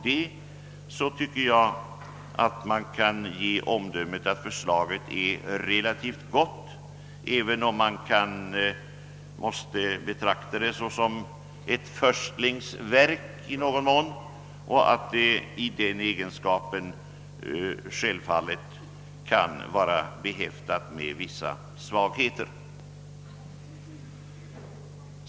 Då tycker jag man kan ge det omdömet att förslaget är relativt gott, även om det i någon mån måste betraktas som ett första försök och självfallet i den egenskapen kan vara behäftat med vissa svag heter.